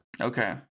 Okay